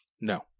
No